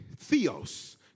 theos